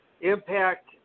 Impact